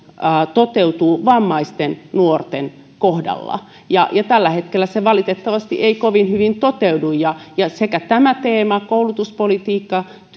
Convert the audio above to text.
toteutuvat vammaisten nuorten kohdalla ja ja tällä hetkellä ne valitettavasti eivät kovin hyvin toteudu ja olisi tärkeää että sekä tästä teemasta koulutuspolitiikasta